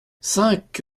cinq